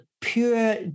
pure